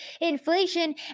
inflation